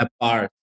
apart